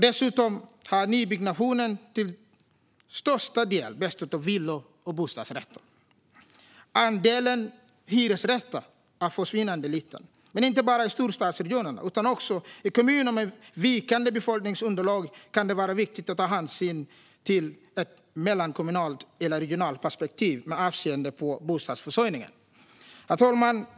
Dessutom har nybyggnationen till största delen bestått av villor och bostadsrätter; andelen hyresrätter är försvinnande liten. Men inte bara i storstadsregionerna utan också i kommuner med vikande befolkningsunderlag kan det vara viktigt att ta hänsyn till ett mellankommunalt eller regionalt perspektiv med avseende på bostadsförsörjningen. Herr talman!